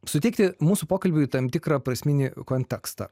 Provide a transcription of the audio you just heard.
suteikti mūsų pokalbiui tam tikrą prasminį kontekstą